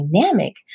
dynamic